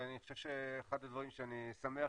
ואני חושב שאחד הדברים שאני שמח